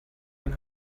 ein